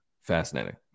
fascinating